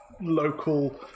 local